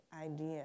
idea